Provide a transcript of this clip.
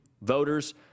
voters